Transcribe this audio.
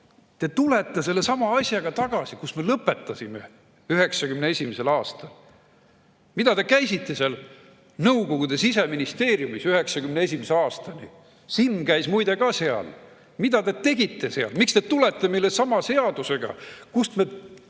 Te tulete tagasi sellesama asjaga, millega me lõpetasime 1991. aastal. Mida te käisite seal Nõukogude siseministeeriumis 1991. aastani? Simm käis muide ka seal. Mida te tegite seal? Miks te tulete meile sama seadusega, mille